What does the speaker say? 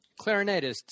clarinetists